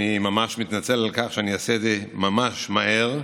אני ממש מתנצל על כך שאני אעשה זה ממש מהר.